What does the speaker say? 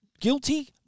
guilty